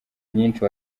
nyinshi